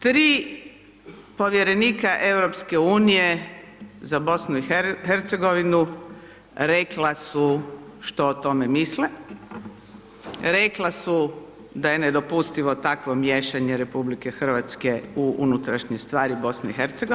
Tri povjerenika EU za BiH rekla su što o tome misle, rekla su da je nedopustivo takvo miješanje RH u unutrašnje stvari BiH.